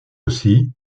aussi